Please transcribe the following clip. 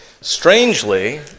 Strangely